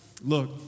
look